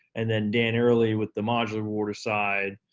and then dan early with the modular water side,